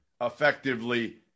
effectively